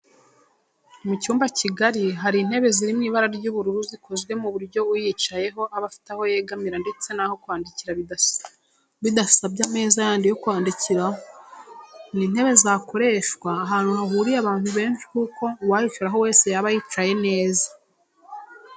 Mu cyumba kigari hari intebe ziri mu ibara ry'ubururu zikozwe ku buryo uyicayeho aba afite aho yegamira ndetse n'aho kwandikira bidasabye ameza yandi yo kwandikiraho. Ni intebe zakoreshwa ahantu hahuriye abantu benshi kuko uwayicaraho wese yaba yicaye neza.